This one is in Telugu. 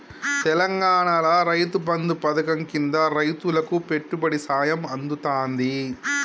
తెలంగాణాల రైతు బంధు పథకం కింద రైతులకు పెట్టుబడి సాయం అందుతాంది